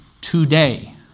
today